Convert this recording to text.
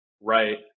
right